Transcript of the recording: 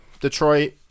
Detroit